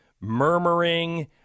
murmuring